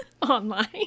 online